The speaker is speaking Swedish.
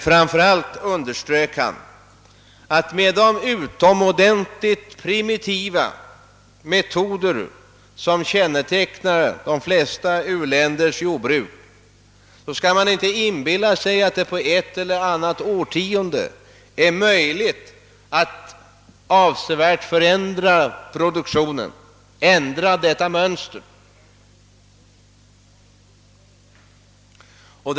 Framför allt underströk han att med de utomordentligt primitiva metoder som kännetecknar de flesta u-länders jordbruk skall man inte inbilla sig att det på ett eller annat årtionde blir möjligt att avsevärt förbättra produktionsresultatet, att ändra det bestående mönstret.